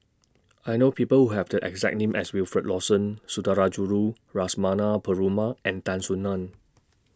I know People Who Have The exact name as Wilfed Lawson Sundarajulu Lakshmana Perumal and Tan Soo NAN